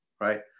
right